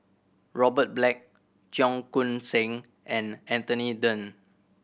Robert Black Cheong Koon Seng and Anthony Then